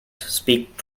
speak